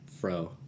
Fro